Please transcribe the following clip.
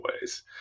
ways